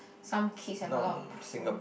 some kids have a lot of prob~